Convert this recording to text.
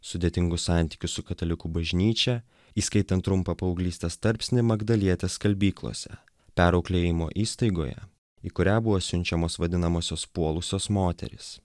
sudėtingus santykius su katalikų bažnyčia įskaitant trumpą paauglystės tarpsnį magdalietės skalbyklose perauklėjimo įstaigoje į kurią buvo siunčiamos vadinamosios puolusios moterys